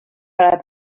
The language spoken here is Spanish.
para